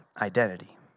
Identity